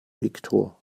viktor